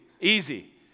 Easy